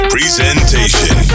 Presentation